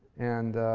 and